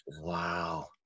Wow